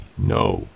no